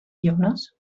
jonas